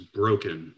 broken